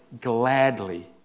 gladly